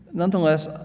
nonetheless,